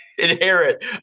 inherit